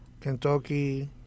Kentucky